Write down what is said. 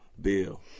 bill